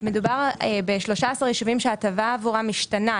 מדובר ב-13 יישובים שההטבה עבורם משתנה.